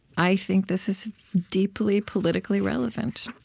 i think this is deeply politically relevant.